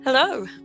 Hello